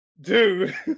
dude